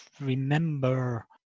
Remember